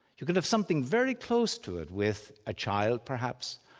you can have something very close to it with a child perhaps,